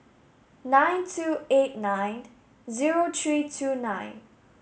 nine two eight nine zero three two nine